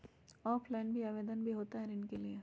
Offline भी आवेदन भी होता है ऋण के लिए?